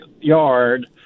yard